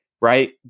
right